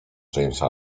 jamesa